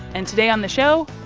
and today on the show,